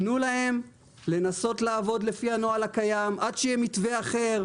תנו להם לנסות עבוד לפי הנוהל הקיים עד שיהיה מתווה אחר.